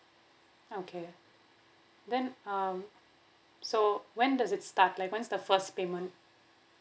okay then um so when does it start like when's the first payment